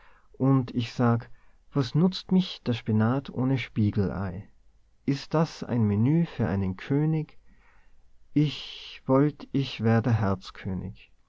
und ich sag was nutzt mich der spinat ohne spiegelei is das e menü für en könig ich wollt ich wär